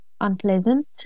unpleasant